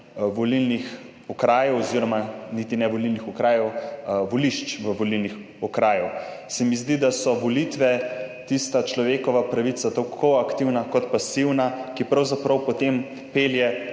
volilnih okrajev oziroma niti ne volilnih okrajev, volišč v volilnih okrajih. Zdi se mi, da so volitve tista človekova pravica, tako aktivna kot pasivna, ki pravzaprav potem pelje